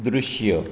दृश्य